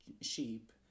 sheep